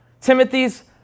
Timothy's